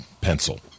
pencil